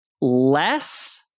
less